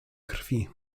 krwi